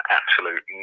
absolute